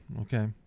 Okay